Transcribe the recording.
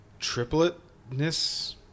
tripletness